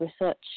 research